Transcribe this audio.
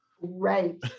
Right